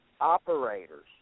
operators